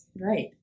right